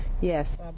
Yes